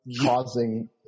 causing